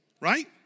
Right